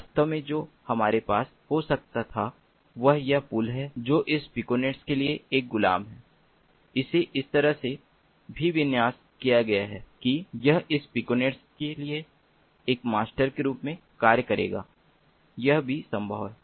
वास्तव में जो हमारे पास हो सकता था वह यह पुल है जो इस पिकोनेट के लिए एक गुलाम है इसे इस तरह से भी विन्यास किया गया है कि यह इस पिकोनेट के लिए एक मास्टर के रूप में कार्य करेगा यह भी संभव है